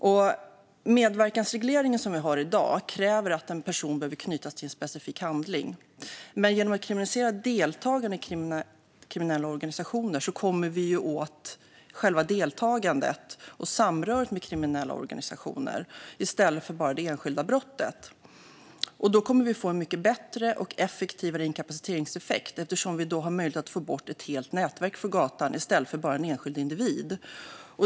Den medverkansreglering vi har i dag kräver att en person knyts till en specifik handling, men genom att kriminalisera deltagarna i kriminella organisationer kommer vi åt själva deltagandet i och samröret med kriminella organisationer i stället för bara det enskilda brottet. Då kommer vi att få en mycket bättre och effektivare inkapaciteringseffekt, eftersom vi då har möjlighet att få bort ett helt nätverk från gatan i stället för bara en enskild individ.